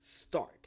start